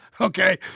okay